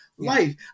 Life